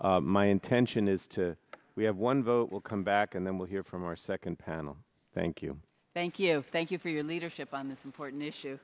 my intention is to we have one vote will come back and then we'll hear from our second panel thank you thank you thank you for your leadership on this important issue